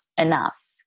enough